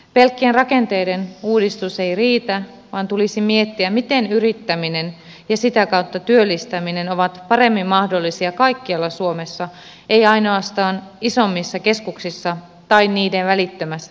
pelkkien rakenteiden uudistus ei riitä vaan tulisi miettiä miten yrittäminen ja sitä kautta työllistäminen ovat paremmin mahdollisia kaikkialla suomessa ei ainoastaan isommissa keskuksissa tai niiden välittömässä läheisyydessä